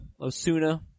Osuna